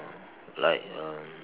like um